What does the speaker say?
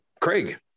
craig